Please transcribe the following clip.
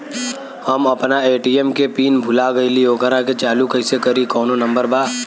हम अपना ए.टी.एम के पिन भूला गईली ओकरा के चालू कइसे करी कौनो नंबर बा?